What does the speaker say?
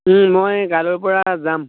মই কাইলৈৰ পৰা যাম